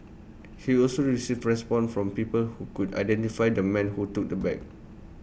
he also received responses from people who could identify the man who took the bag